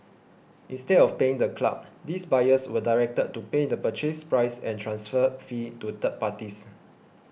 instead of paying the club these buyers were directed to pay the Purchase Price and transfer fee to third parties